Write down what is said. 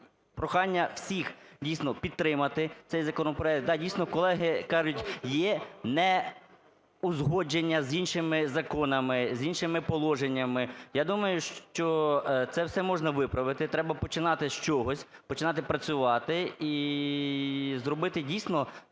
прохання всіх, дійсно, підтримати цей законопроект. Да, дійсно, колеги кажуть, є неузгодження з іншими законами, з іншими положеннями. Я думаю, що це все можна виправити, треба починати з чогось, починати працювати і зробити, дійсно,